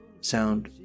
Sound